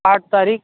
آٹھ تاریخ